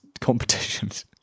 competitions